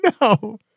No